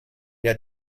der